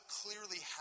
clearly